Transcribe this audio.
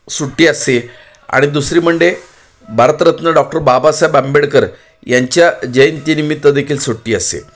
सुट्टी असते आणि दुसरी म्हणजे भारतरत्न डॉक्टर बाबासाहेब आंबेडकर यांच्या जयंती निमित्त देखील सुट्टी असते